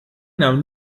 nahm